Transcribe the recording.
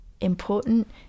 important